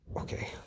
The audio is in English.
okay